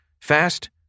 Fast